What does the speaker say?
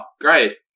great